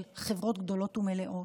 של חברות גדולות ומלאות,